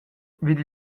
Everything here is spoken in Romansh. vid